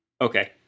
okay